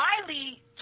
Miley